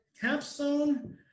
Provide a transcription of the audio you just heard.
Capstone